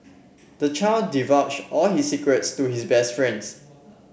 the child divulged all his secrets to his best friends